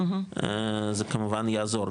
זה כמובן יעזור,